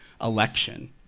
Election